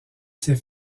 ces